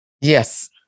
Yes